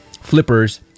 flippers